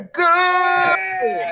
good